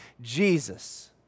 Jesus